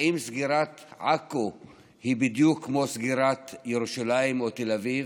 האם סגירת עכו היא בדיוק כמו סגירת ירושלים או תל אביב?